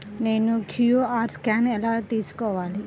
నేను QR scan ఎలా తీసుకోవాలి?